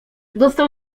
dostał